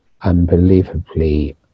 unbelievably